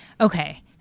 Okay